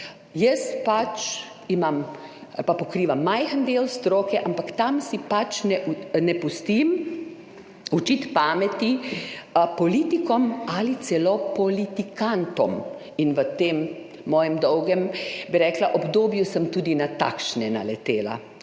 Jaz pač imam ali pa pokrivam majhen del stroke, ampak tam si ne pustim učiti pameti politikom ali celo politikantom, in v tem mojem dolgem, bi rekla, obdobju sem tudi na takšne naletela